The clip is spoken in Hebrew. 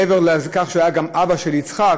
מעבר לכך שהוא היה גם אבא של יצחק.